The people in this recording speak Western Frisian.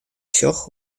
sjoch